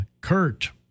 Kurt